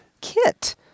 Kit